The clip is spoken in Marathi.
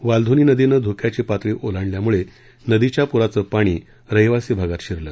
वालधुनी नदीनं धोक्याची पातळी ओलांडल्यामुळे नदीच्या पुराचं पाणी रहिवासी भागात शिरलं